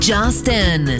Justin